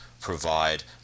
provide